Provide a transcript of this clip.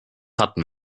hatten